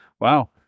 wow